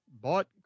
bought